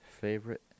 favorite